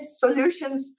solutions